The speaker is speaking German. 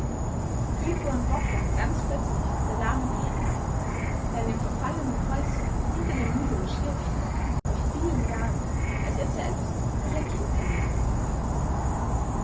fiel johann bogdn ganz plötzlich der lahme peter ein der in dem verfallenen häuschen hinter der mühle logiert hatte vor vielen jahren als er selbst noch ein kind gewesen